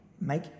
Make